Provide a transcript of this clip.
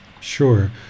Sure